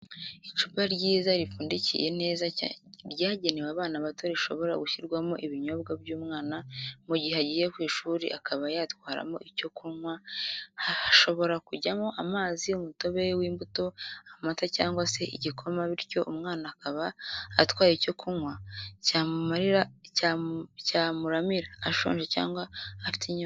Icupa ryiza ripfundikiye neza ryagenewe abana bato rishobora gushyirwamo ibinyobwa by'umwana mu gihe agiye ku ishuri akaba yatwaramo icyo kunywa hashobora kujyamo amazi umutobe w'imbuto, amata cyangwa se igikoma bityo umwana akaba atwaye icyo kunywa cyamuramira ashonje cyangwa afite inyota